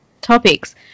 topics